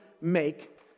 make